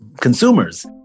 consumers